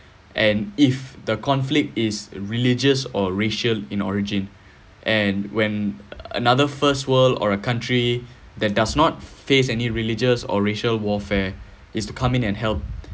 and if the conflict is religious or racial in origin and when another first world or a country that does not face any religious or racial warfare is to come in and help